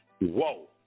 Whoa